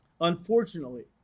Unfortunately